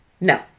No